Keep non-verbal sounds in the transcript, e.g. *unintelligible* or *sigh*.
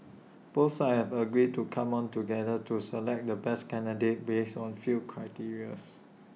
both sides have agreed to come on together to select the best candidates based on few criteria *unintelligible*